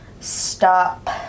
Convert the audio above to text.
Stop